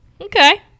Okay